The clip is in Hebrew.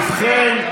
ובכן,